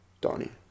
Donnie